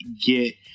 get